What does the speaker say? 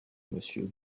monsieur